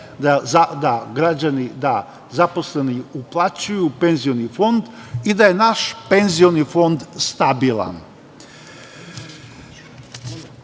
nivou, da zaposleni uplaćuju penzioni fond i da je naš penzioni fond stabilan. Ovde